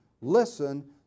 Listen